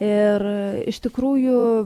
ir iš tikrųjų